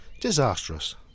Disastrous